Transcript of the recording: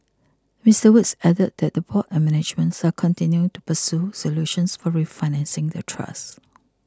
Mister Woods added that the board and management are continuing to pursue solutions for refinancing the trust